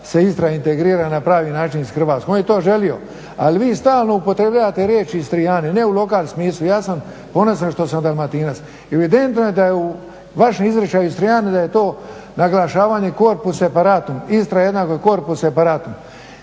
Istra integrira na pravi način s Hrvatskom. On je to želio, ali vi stalno upotrebljavate riječ Istrijani, ne u lokalnom smislu. Ja sam ponosan što sam Dalmatinac i evidentno je da je u vašem izričaju Istrijan da je to naglašavanje corpus separatum, Istra jednako corpus separatum.